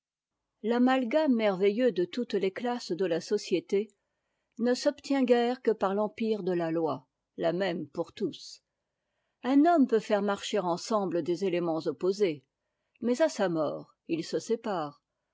l'amalgame merveilleux de toutes les classes de a société ne s'obtient guère que par l'empire de la loi la même pour tous un homme peut faire marcher ensemble des éléments opposés mais à sa mort ils se séparent